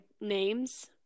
names